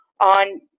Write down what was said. on